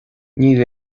níl